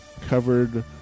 covered